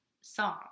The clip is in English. song